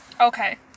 okay